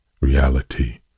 reality